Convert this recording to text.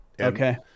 Okay